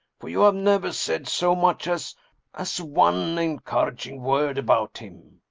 for you have never said so much as as one encouraging word about him.